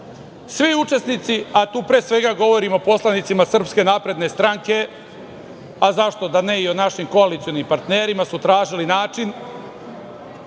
Svi učesnici, a tu pre svega govorim o poslanicima SNS, a zašto da ne i o našim koalicionim partnerima, su tražili način